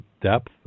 depth